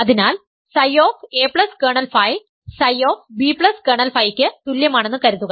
അതിനാൽ Ψ a kernel ΦΨ b kernel Φ ക്ക് തുല്യമാണെന്ന് കരുതുക